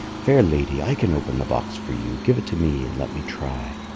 fair lady, i can open the box for you give it to me and let me try.